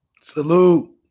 Salute